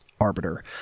arbiter